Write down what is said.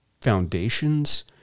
foundations